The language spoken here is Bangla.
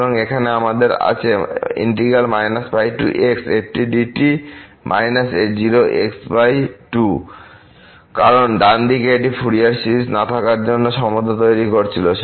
সুতরাং এখানে আমাদের আছে কারণ ডানদিকে এটি একটি ফুরিয়ার সিরিজ না থাকার জন্য সমস্যা তৈরি করছিল